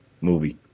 movie